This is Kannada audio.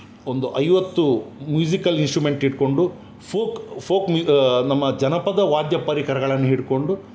ಒಂದು ಐವತ್ತು ಮ್ಯೂಝಿಕಲ್ ಇನ್ಸ್ಟ್ರುಮೆಂಟ್ ಇಟ್ಕೊಂಡು ಫೋಕ್ ಫೋಕ್ ನಮ್ಮ ಜನಪದ ವಾದ್ಯ ಪರಿಕರಗಳನ್ನ ಹಿಡ್ಕೊಂಡು